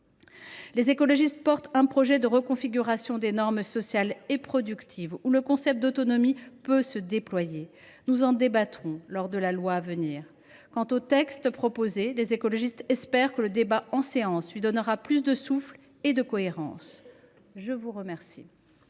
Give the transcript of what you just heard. Les écologistes portent un projet de reconfiguration des normes sociales et productives, où le concept d’autonomie peut se déployer. Nous en débattrons lors de l’examen de la loi à venir. Quant au texte proposé, les écologistes espèrent que le débat en séance publique lui donnera plus de souffle et de cohérence. La parole